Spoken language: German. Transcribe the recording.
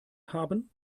haben